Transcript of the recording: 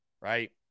Right